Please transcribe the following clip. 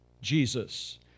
Jesus